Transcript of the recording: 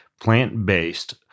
plant-based